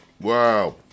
Wow